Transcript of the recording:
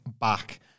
back